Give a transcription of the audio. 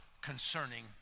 concerning